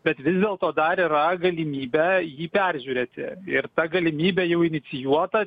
bet vis dėlto dar yra galimybė jį peržiūrėti ir ta galimybė jau inicijuota